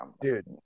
Dude